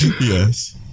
Yes